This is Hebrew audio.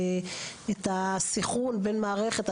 את הסנכרון בין המערכות.